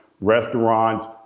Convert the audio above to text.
restaurants